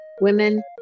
women